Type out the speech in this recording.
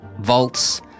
Vaults